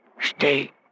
Stay